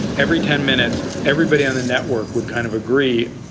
every ten minutes everybody on the network would kind of agree,